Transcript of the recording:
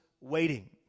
waiting